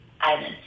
islands